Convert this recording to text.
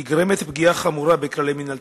נגרמת פגיעה חמורה במינהל תקין.